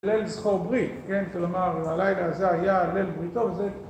ליל זכור ברית, כן? כלומר, הליל הזה היה ליל בריתו, וזה...